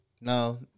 No